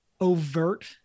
overt